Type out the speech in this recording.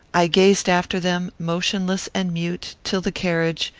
i gazed after them, motionless and mute, till the carriage,